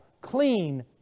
clean